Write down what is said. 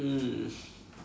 mm